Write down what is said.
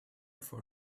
for